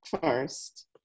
first